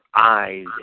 eyes